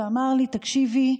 הוא אמר לי: תקשיבי,